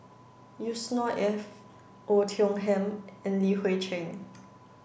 Yusnor Ef Oei Tiong Ham and Li Hui Cheng